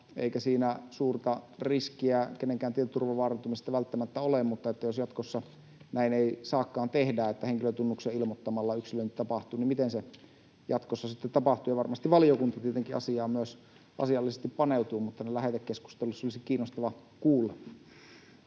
eikä siinä suurta riskiä kenenkään tietoturvan vaarantumisesta välttämättä ole, mutta jos jatkossa näin ei saakaan tehdä, että yksilöinti tapahtuu ilmoittamalla henkilötunnus, niin miten se jatkossa sitten tapahtuu? Varmasti myös valiokunta paneutuu asiaan asiallisesti, mutta nyt lähetekeskustelussa olisi kiinnostavaa kuulla